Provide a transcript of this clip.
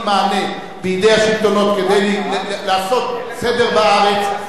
מענה בידי השלטונות כדי לעשות סדר בארץ,